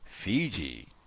Fiji